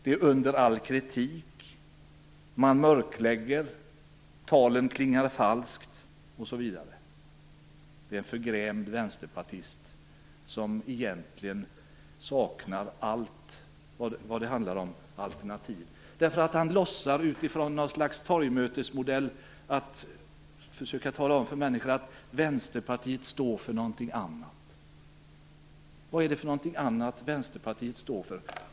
Det är under all kritik. Man mörklägger. Det är en förgrämd vänsterpartist som egentligen saknar allt som handlar om alternativ. Han låtsas utifrån något slags torgmötesmodell tala om för människor att Vänsterpartiet står för någonting annat. Vad är det för något annat som Vänsterpartiet står för?